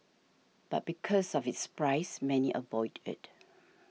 but because of its price many avoid it